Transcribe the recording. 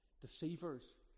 Deceivers